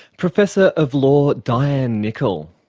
professor of law, dianne nicol.